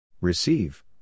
Receive